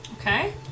Okay